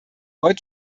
ein